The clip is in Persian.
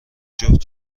جفت